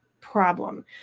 problem